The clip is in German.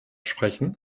sprechen